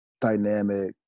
dynamic